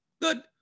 Good